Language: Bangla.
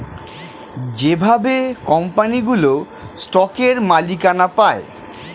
যেভাবে কোম্পানিগুলো স্টকের মালিকানা পায়